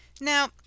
Now